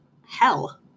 hell